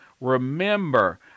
Remember